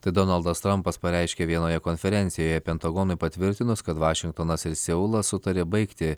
tai donaldas trampas pareiškė vienoje konferencijoje pentagonui patvirtinus kad vašingtonas ir seulas sutarė baigti